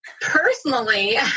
Personally